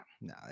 no